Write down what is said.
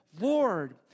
Lord